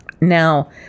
Now